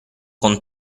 con